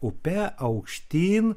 upe aukštyn